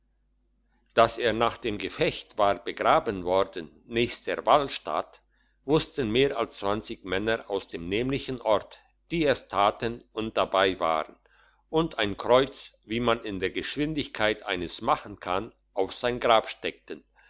dass er nach dem gefecht war begraben worden nächst der wahlstatt wussten mehr als zwanzig männer aus dem nämlichen ort die es taten und dabei waren und ein kreuz wie man in der geschwindigkeit eines machen kann auf sein grab steckten